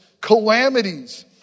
calamities